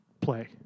play